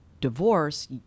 divorce